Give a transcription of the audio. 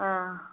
ஆ